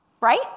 Right